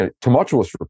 tumultuous